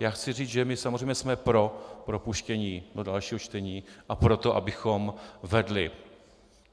Já chci říct, že my samozřejmě jsme pro propuštění do dalšího čtení a pro to, abychom vedli